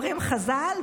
אומרים חז"ל,